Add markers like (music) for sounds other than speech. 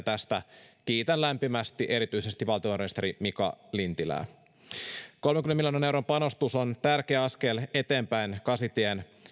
(unintelligible) tästä kiitän lämpimästi erityisesti valtiovarainministeri mika lintilää kolmenkymmenen miljoonan euron panostus on tärkeä askel eteenpäin kasitien